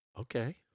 Okay